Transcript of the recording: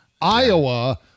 Iowa